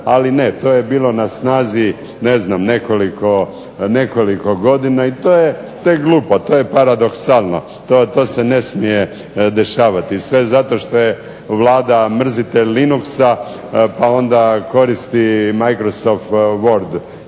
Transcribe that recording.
Ali ne, to je bilo na snazi ne znam nekoliko godina i to je glupo. To je paradoksalno. To se ne smije dešavati. Sve zato što je Vlada mrzitelj Linoxa pa onda koristi Microsoft word